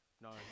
no